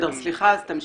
סליחה, אז תמשיכו.